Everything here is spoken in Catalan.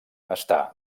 està